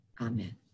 Amen